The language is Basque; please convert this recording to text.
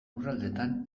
lurraldetan